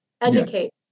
educate